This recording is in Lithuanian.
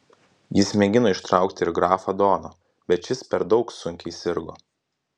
jis mėgino ištraukti ir grafą doną bet šis per daug sunkiai sirgo